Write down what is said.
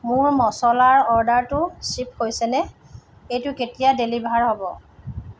মোৰ মচলাৰ অৰ্ডাৰটো শ্বিপ হৈছেনে এইটো কেতিয়া ডেলিভাৰ হ'ব